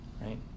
right